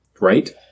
right